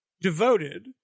devoted